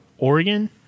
Oregon